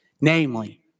namely